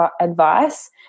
advice